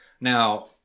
Now